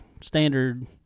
standard